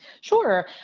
Sure